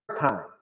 time